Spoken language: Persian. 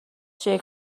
شکل